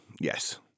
Yes